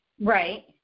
Right